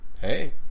hey